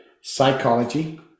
psychology